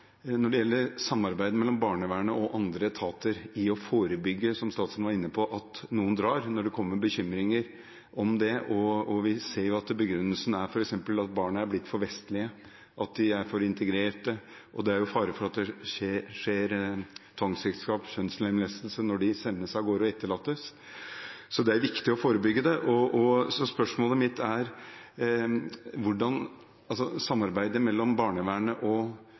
mellom barnevernet og andre etater – som statsråden var inne på – i å forebygge at noen drar, når det kommer bekymringer om det. Vi ser at begrunnelsen f.eks. er at barna har blitt for vestlige, at de er for integrerte. Det er fare for at det skjer tvangsekteskap og kjønnslemlestelse når de sendes av gårde og etterlates. Det er viktig å forebygge det. Spørsmålet mitt er: Når det gjelder samarbeidet mellom barnevernet,